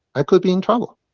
i could be in trouble